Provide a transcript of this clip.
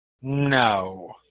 No